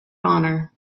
honor